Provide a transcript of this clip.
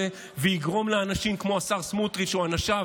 ויגרום לאנשים כמו השר סמוטריץ' או אנשיו,